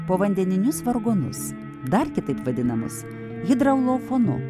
povandeninius vargonus dar kitaip vadinamus hidraulofonu